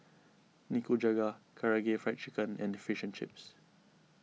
Nikujaga Karaage Fried Chicken and Fish and Chips